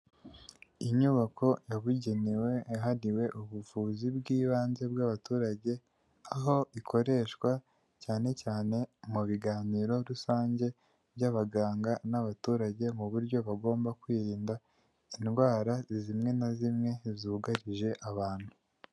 Inyubako yabugenewe yahariwe ubuvuzi bw'ibanze bw'abaturage, aho ikoreshwa cyane cyane mu biganiro rusange by'abaganga n'abaturage mu buryo bagomba kwirinda indwara zimwe na zimwe zugarije abantu.